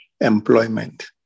employment